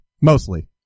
Mostly